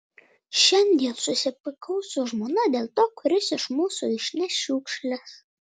šiandien susipykau su žmona dėl to kuris iš mūsų išneš šiukšles